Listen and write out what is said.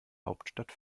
hauptstadt